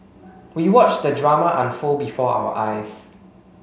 we watched the drama unfold before our eyes